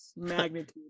magnitude